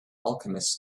alchemists